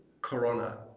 Corona